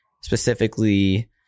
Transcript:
specifically